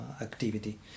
activity